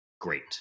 Great